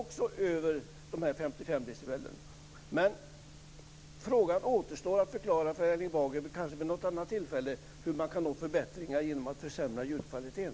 Också där överstiger värdena 55 dB. För Erling Bager återstår att - kanske vid något annat tillfälle - förklara hur man kan nå förbättringar genom att försämra ljudkvaliteten.